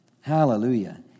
Hallelujah